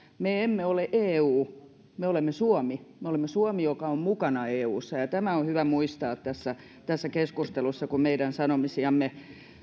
me emme ole eu vaan me olemme suomi me olemme suomi joka on mukana eussa tämä on hyvä muistaa tässä tässä keskustelussa kun meidän sanomisiamme